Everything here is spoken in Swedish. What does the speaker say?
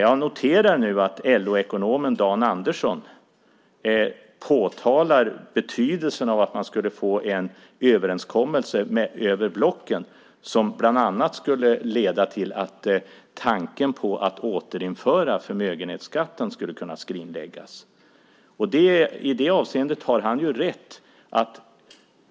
Jag noterar nu att LO-ekonomen Dan Andersson framhåller betydelsen av att få en överenskommelse över blocken som bland annat skulle leda till att tanken på att återinföra förmögenhetsskatten skulle kunna skrinläggas. I det avseendet har han rätt.